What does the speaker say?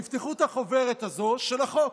תפתחו את החוברת הזו של החוק,